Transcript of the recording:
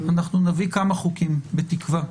אנחנו נביא כמה חוקים, בתקווה,